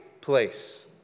place